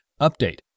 Update